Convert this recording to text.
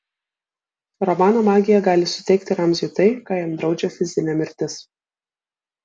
romano magija gali suteikti ramziui tai ką jam draudžia fizinė mirtis